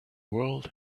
world